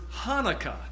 Hanukkah